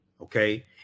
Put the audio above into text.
okay